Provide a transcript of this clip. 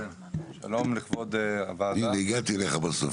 הנה הגעתי אליך בסוף,